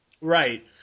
Right